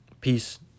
Peace